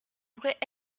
bruit